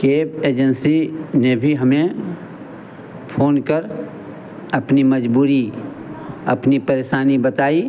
cap agency में भी हमें फ़ोन कर अपनी मजबूरी अपनी परेशानी बताई